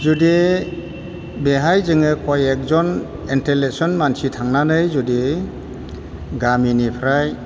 जुदि बेवहाय जोङो कय एकजन इन्टेलेक्सुवेल मानसि थांनानै जुदि गामिनिफ्राय